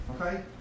okay